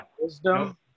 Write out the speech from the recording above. wisdom